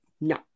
no